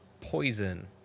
poison